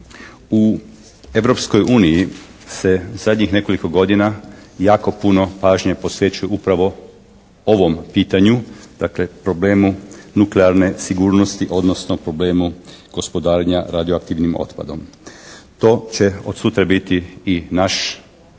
uniji se zadnjih nekoliko godina jako puno pažnje posvećuje upravo ovom pitanju, dakle problemu nuklearne sigurnosti, odnosno problemu gospodarenja radioaktivnim otpadom. To će od sutra biti i naš problem.